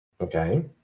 Okay